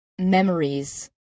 memories